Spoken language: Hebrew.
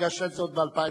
אתה הגשת את זה עוד ב-2009,